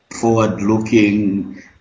forward-looking